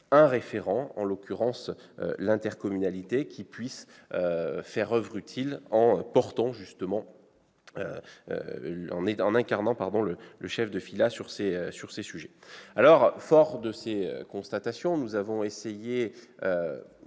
un référent, en l'occurrence l'intercommunalité, qui puisse faire oeuvre utile en assumant le chef de filat sur ces sujets. Forts de ces constatations, nous avons essayé